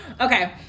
okay